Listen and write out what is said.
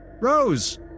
Rose